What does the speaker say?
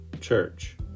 church